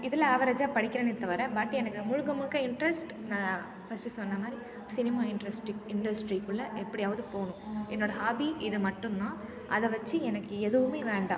இதில் ஆவரேஜ்ஜாக படிக்கிறேனே தவிர பட் எனக்கு முழுக்க முழுக்க இன்ட்ரெஸ்ட் நான் ஃபஸ்ட் சொன்னமாதிரி சினிமா இண்ட்ரஸ்ட்டிக் இண்டஸ்ட்ரிகுள்ள எப்படியாது போணும் என்னோட ஹாபீ இது மட்டுந்தான் அதை வச்சு எனக்கு எதுவுமே வேண்டாம்